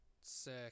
Sick